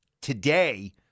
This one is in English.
today